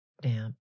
damp